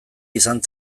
izan